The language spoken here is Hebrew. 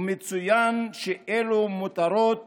ומצוין שאלו מותרות